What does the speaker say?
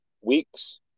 weeks